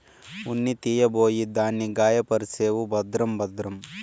ఉన్ని తీయబోయి దాన్ని గాయపర్సేవు భద్రం భద్రం